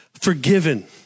forgiven